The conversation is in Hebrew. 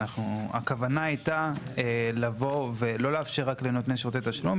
הכוונה הייתה לבוא ולא לאפשר רק לנותני שירותי תשלום,